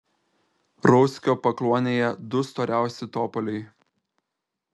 rauckio pakluonėje du storiausi topoliai